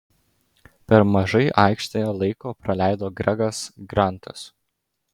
per mažai aikštėje laiko praleido gregas grantas